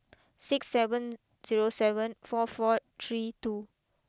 six seven zero seven four four three two